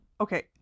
okay